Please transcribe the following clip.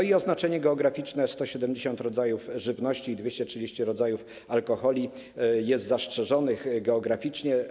I oznaczenie geograficzne: 170 rodzajów żywności i 230 rodzajów alkoholi jest zastrzeżonych geograficznie.